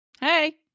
Hey